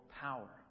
power